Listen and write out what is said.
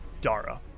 dara